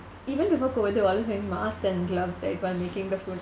even before COVID they were always wearing masks and gloves right while making the food